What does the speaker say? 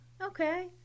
Okay